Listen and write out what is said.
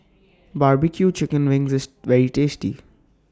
Barbecue Chicken Wings IS very tasty